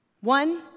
One